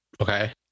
Okay